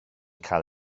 cael